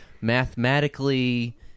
mathematically